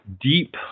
deep